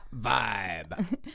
Vibe